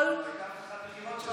זאת הייתה הבטחת הבחירות שלכם.